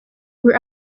were